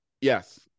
Yes